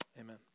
Amen